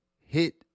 hit